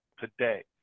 today